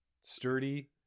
Sturdy